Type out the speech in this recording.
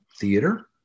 theater